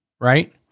Right